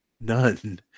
none